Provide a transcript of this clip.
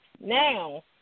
Now